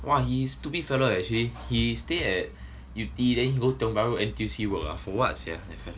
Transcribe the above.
!wah! he stupid fella eh he he stay at yew tee then he go tiong bahru N_T_U_C work uh for what sian